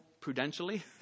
prudentially